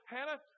Hannah